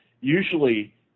usually